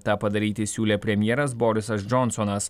tą padaryti siūlė premjeras borisas džonsonas